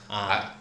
ah